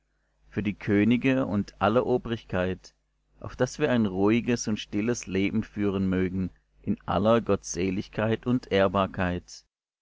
für die könige und alle obrigkeit auf daß wir ein ruhiges und stilles leben führen mögen in aller gottseligkeit und ehrbarkeit